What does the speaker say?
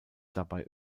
dabei